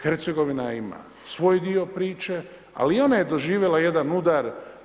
Hercegovina ima svoj dio priče, ali i ona je doživjela jedan udar.